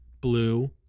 blue